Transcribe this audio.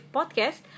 Podcast